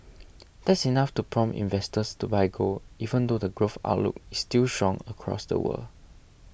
that's enough to prompt investors to buy gold even though the growth outlook is still shock across the world